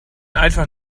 einfach